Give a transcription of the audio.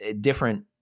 different